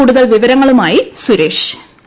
കൂടുതൽ വിവരങ്ങളുമായി സുരേഷ് ഗോപി